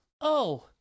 Oh